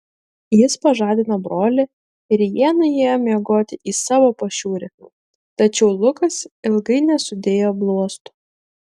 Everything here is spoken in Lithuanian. jis pažadino brolį ir jie nuėjo miegoti į savo pašiūrę tačiau lukas ilgai nesudėjo bluosto